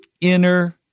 inner